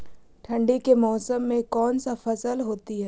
ठंडी के मौसम में कौन सा फसल होती है?